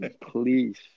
please